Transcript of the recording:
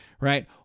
Right